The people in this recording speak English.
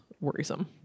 worrisome